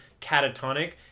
catatonic